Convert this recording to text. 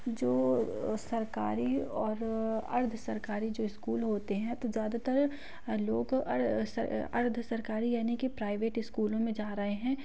जो सरकारी और अर्ध सरकारी जो इस्कूल होते हैं तो ज़्यादातर लोग अर्ध सरकारी यानी कि प्राइवेट इस्कूलों में जा रहे हैं